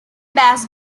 bass